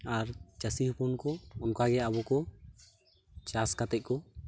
ᱟᱨ ᱪᱟᱹᱥᱤ ᱦᱚᱯᱚᱱᱠᱚ ᱚᱱᱠᱟᱜᱮ ᱟᱵᱚᱠᱚ ᱪᱟᱥ ᱠᱟᱛᱮᱠᱚ